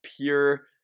pure